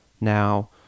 now